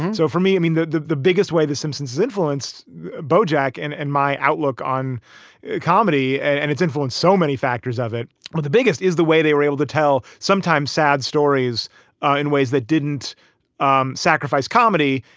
and so for me, i mean, the the biggest way the simpsons influenced bojack and and my outlook on comedy and and its influence, so many factors of it were the biggest is the way they were able to tell sometimes sad stories ah in ways that didn't um sacrifice comedy.